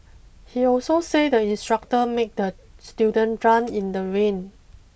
he also said the instructor made the student run in the rain